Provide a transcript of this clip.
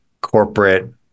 corporate